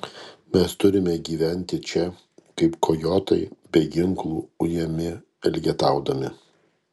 mes turime gyventi čia kaip kojotai be ginklų ujami elgetaudami